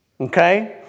Okay